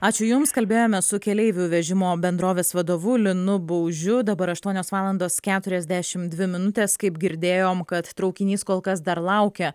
ačiū jums kalbėjome su keleivių vežimo bendrovės vadovu linu baužiu dabar aštuonios valandos keturiasdešimt dvi minutės kaip girdėjom kad traukinys kol kas dar laukia